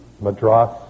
madras